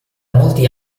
molti